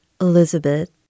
Elizabeth